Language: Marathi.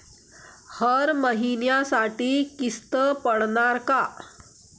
हर महिन्यासाठी किस्त पडनार का?